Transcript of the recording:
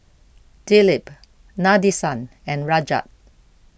Dilip Nadesan and Rajat